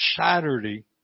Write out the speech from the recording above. Saturday